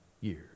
years